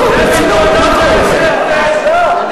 ברצינות, מה קורה אתכם?